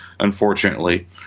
unfortunately